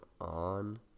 on